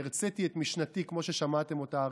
אחרי שהרציתי את משנתי כמו ששמעתם אותה הרגע,